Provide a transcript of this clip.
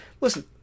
Listen